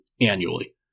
annually